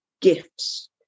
gifts